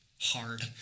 hard